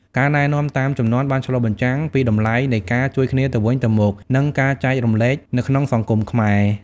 ការណែនាំតាមជំនាន់បានឆ្លុះបញ្ចាំងពីតម្លៃនៃការជួយគ្នាទៅវិញទៅមក និងការចែករំលែកនៅក្នុងសង្គមខ្មែរ។